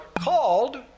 called